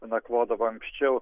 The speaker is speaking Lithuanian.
nakvodavo anksčiau